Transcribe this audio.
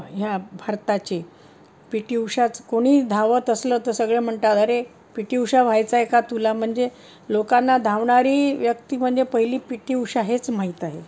ह्या भारताची P T उषाच कोणी धावत असलं तर सगळे म्हणतात अरे पी टी उषा व्हायचं आहे का तुला म्हणजे लोकांना धावणारी व्यक्ती म्हणजे पहिली पी टी उषा हेच माहीत आहे